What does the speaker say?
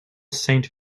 saint